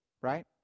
right